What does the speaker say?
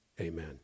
Amen